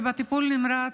ובטיפול נמרץ,